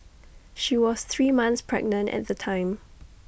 she was three months pregnant at the time